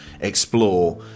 explore